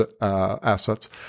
assets